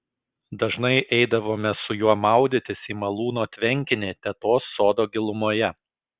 dažnai eidavome su juo maudytis į malūno tvenkinį tetos sodo gilumoje